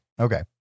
Okay